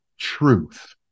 truth